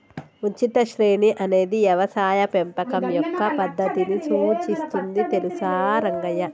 ఉచిత శ్రేణి అనేది యవసాయ పెంపకం యొక్క పద్దతిని సూచిస్తుంది తెలుసా రంగయ్య